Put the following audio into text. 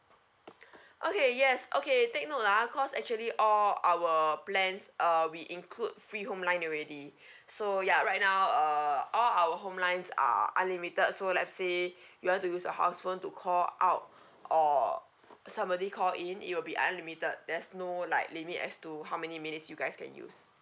okay yes okay take note ah cause actually all our plans uh we include free home line already so ya right now uh all our home lines are unlimited so let's say you want to use your house phone to call out or somebody call in it will be unlimited there's no like limit as to how many minutes you guys can use